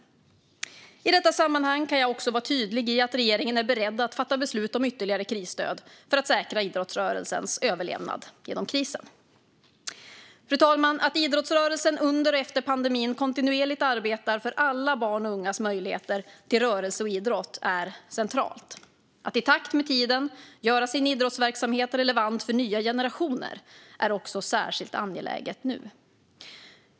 I detta sammanhang kan jag också vara tydlig i att regeringen är beredd att fatta beslut om ytterligare krisstöd för att säkra idrottsrörelsens överlevnad genom krisen. Fru talman! Att idrottsrörelsen under och efter pandemin kontinuerligt arbetar för alla barns och ungas möjligheter till rörelse och idrott är centralt. Att i takt med tiden göra sin idrottsverksamhet relevant för nya generationer är också särskilt angeläget nu.